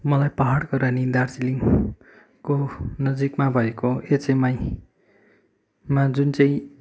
मलाई पहाडको रानी दार्जिलिङको नजिकमा भएको एचएमआईमा जुन चाहिँ